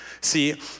See